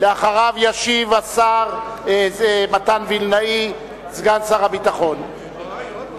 אחריו ישיב סגן שר הביטחון, מתן וילנאי.